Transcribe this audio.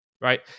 right